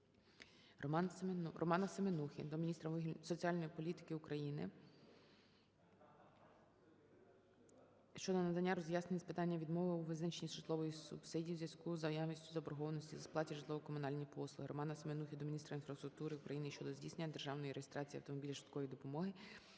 РоманаСеменухи до міністра соціальної політики України щодо надання роз'яснень з питання відмови у призначенні житлової субсидії у зв'язку з наявністю заборгованості по сплаті за житлово-комунальні послуги. РоманаСеменухи до міністра інфраструктури України щодо здійснення державної реєстрації автомобіля швидкої допомоги,